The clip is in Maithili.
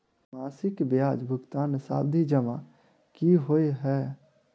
मासिक ब्याज भुगतान सावधि जमा की होइ है?